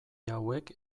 hauek